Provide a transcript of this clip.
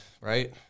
Right